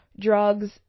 drugs